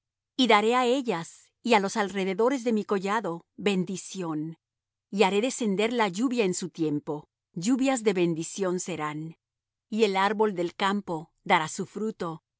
y daré á ellas y á los alrededores de mi collado bendición y haré descender la lluvia en su tiempo lluvias de bendición serán y el árbol del campo dará su fruto